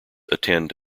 attend